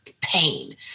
pain